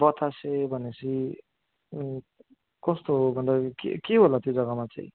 बतासे भनेपछि कस्तो हो मतलब के के होला त्यो जग्गामा चाहिँ